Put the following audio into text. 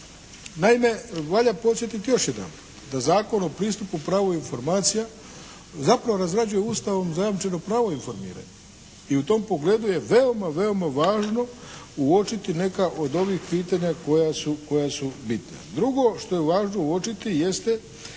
Naime, valja podsjetiti još jedanput da Zakon o pristupu pravu informacija zapravo razrađuje zajamčeno pravo informiranja i u tom pogledu je veoma, veoma važno uočiti neka od ovih pitanja koja su bitna. Drugo što je važno uočiti jeste